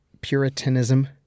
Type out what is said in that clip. Puritanism